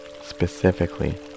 specifically